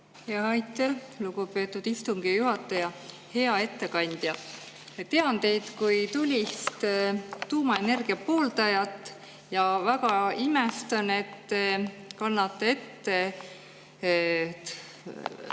Aitäh, lugupeetud istungi juhataja! Hea ettekandja! Tean teid kui tulist tuumaenergia pooldajat ja väga imestan, et te kannate ette